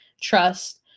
trust